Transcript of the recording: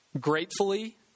gratefully